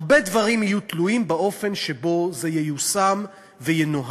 הרבה דברים יהיו תלויים באופן שבו זה ייושם וינוהל.